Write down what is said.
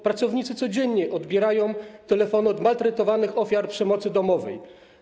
Pracownicy codziennie odbierają telefony od maltretowanych ofiar przemocy domowej.